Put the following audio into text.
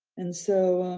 and so